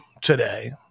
today